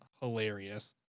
hilarious